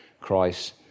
Christ